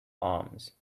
arms